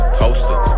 poster